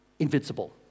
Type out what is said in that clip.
Invincible